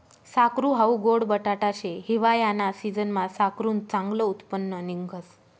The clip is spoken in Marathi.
साकरू हाऊ गोड बटाटा शे, हिवायाना सिजनमा साकरुनं चांगलं उत्पन्न निंघस